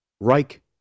Reich